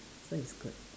so it's good